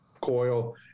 coil